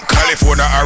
California